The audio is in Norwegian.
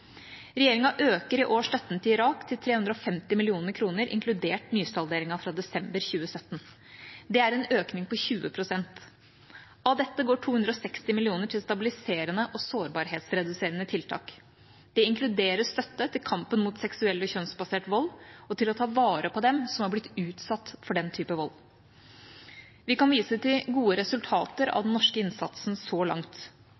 Regjeringa øker i år støtten til Irak til 350 mill. kr, inkludert nysalderingen fra desember 2017. Det er en økning på 20 pst. Av dette går 260 mill. kr til stabiliserende og sårbarhetsreduserende tiltak. Det inkluderer støtte til kampen mot seksuell og kjønnsbasert vold og til å ta vare på dem som har blitt utsatt for den type vold. Vi kan vise til gode resultater av den norske innsatsen så langt.